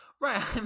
Right